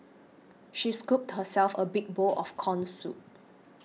she scooped herself a big bowl of Corn Soup